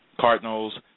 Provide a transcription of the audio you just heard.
cardinals